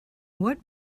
what